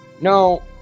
no